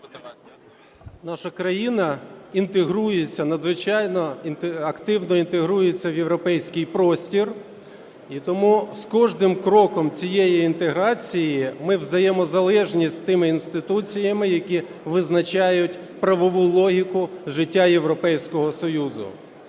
Наша країна інтегрується, надзвичайно активно інтегрується в європейський простір. І тому з кожним кроком цієї інтеграції ми взаємозалежні з тими інституціями, які визначають правову логіку життя Європейського Союзу.